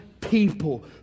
People